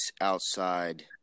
outside